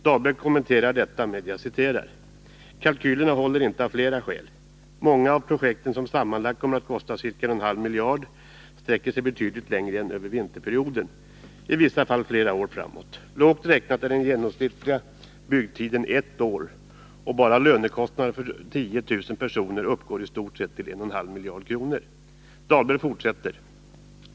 Dahlberg kommenterar detta så här: ”Kalkylen håller inte av flera skäl. Många av projekten, som sammanlagt kommer att kosta ca. 1,5 miljarder kronor, sträcker sig betydligt längre än över vinterperioden, i vissa fall flera år framåt. Lågt räknat är den genomsnittliga byggtiden ett år, och bara lönekostnaden för 10 000 personer uppgår i stort sett till 1,5 miljarder kronor.